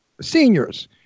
seniors